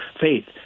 Faith